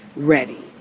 ready.